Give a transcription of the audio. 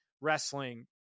wrestling